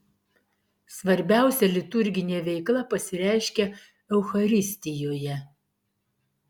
svarbiausia liturginė veikla pasireiškia eucharistijoje